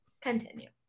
Continue